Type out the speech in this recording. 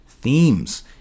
themes